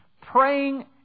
praying